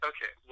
Okay